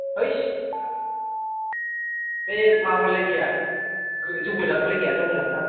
हैस बे माबाफ्रालाय गैया जौ गोजाफ्रालाय गैया जौ गोजाफ्रा